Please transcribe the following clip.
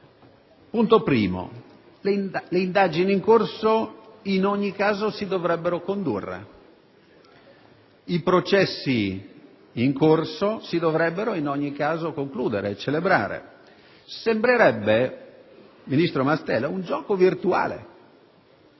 primo luogo, le indagini in corso in ogni caso si dovrebbero condurre e i processi in corso si dovrebbero in ogni caso celebrare. Sembrerebbe, ministro Mastella, un gioco virtuale,